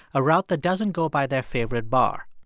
a route that doesn't go by their favorite bar.